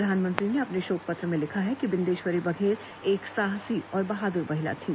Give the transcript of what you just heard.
प्रधानमंत्री ने अपने शोक पत्र में लिखा है कि बिंदेश्वरी बघेल एक साहसी और बहादुर महिला थी